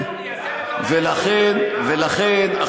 בהסכם שלנו, ודאי, ודאי.